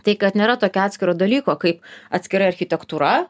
tai kad nėra tokio atskiro dalyko kaip atskira architektūra